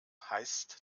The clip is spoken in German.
heißt